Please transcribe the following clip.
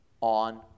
on